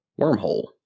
Wormhole